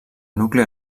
nucli